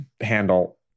handle